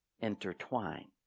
intertwine